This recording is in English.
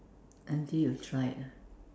until you try it ah